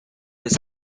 was